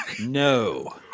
No